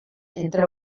entre